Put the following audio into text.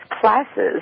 classes